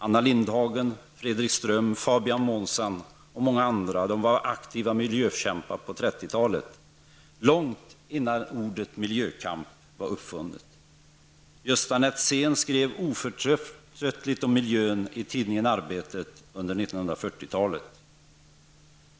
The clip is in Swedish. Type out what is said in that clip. Anna Lindhagen, Fredrik Ström, Fabian Månsson och många andra var aktiva miljökämpar på 30 talet, långt innan begreppet miljökamp var uppfunnet. Gösta Netzén skrev oförtröttligt om miljön i tidningen Arbetet på 40-talet.